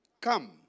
come